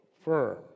firm